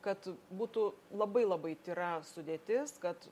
kad būtų labai labai tyra sudėtis kad